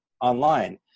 online